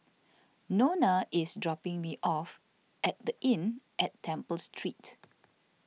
Nona is dropping me off at the Inn at Temple Street